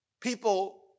people